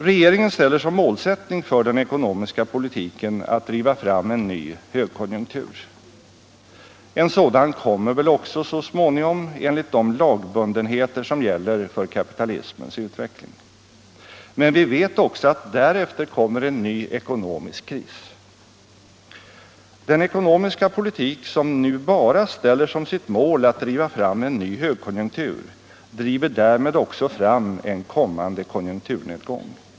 Regeringen ställer som målsättning för den ekonomiska politiken att driva fram en ny högkonjunktur. En sådan kommer väl också så småningom enligt de lagbundenheter som gäller för kapitalismens utveckling. Men vi vet också att därefter kommer en ny ekonomisk kris. Den ekonomiska politik som nu bara ställer som sitt mål att driva fram en ny högkonjunktur driver därmed också fram en kommande konjunkturnedgång.